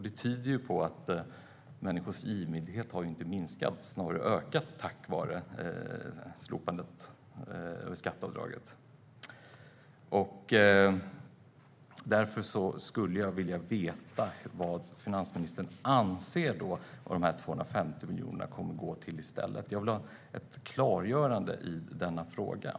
Det tyder på att människors givmildhet inte har minskat utan snarare ökat tack vare skatteavdraget. Därför skulle jag vilja veta vad de 250 miljonerna i stället kommer att gå till. Jag vill ha ett klargörande i den frågan.